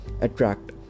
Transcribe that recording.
attract